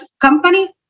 company